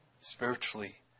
spiritually